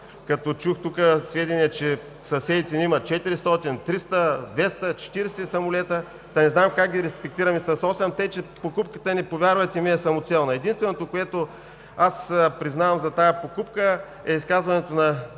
Като тук чух сведения, че съседите ни имат 400, 300, 200, 40 самолета, та не знам как ги респектираме с осем, така че покупката ни, повярвайте ми, е самоцелна. Единственото, което признавам за тази покупка, е изказването на